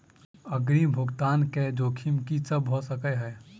अग्रिम भुगतान केँ जोखिम की सब भऽ सकै हय?